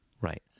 Right